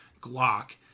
Glock